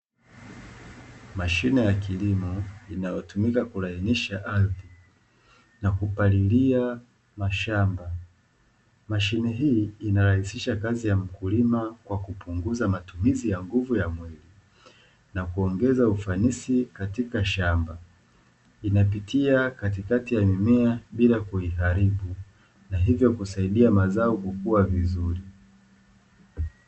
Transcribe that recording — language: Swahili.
mashine ya kilimo inayotumika kulainiasha ardhi na kupalilia mashamba, mashine hii inarahisisha kazi ya mkulima kwa kupunguza matumizi ya nguvu ya mwili na kuongeza ufanisi katika shamba inapitia, katikati ya mimea bila kuiharibu na hivyo kusaidia mazao kukua vizuri.